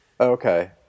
Okay